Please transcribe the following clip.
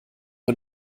wir